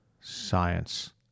science